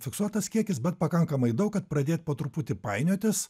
fiksuotas kiekis bet pakankamai daug kad pradėt po truputį painiotis